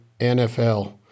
NFL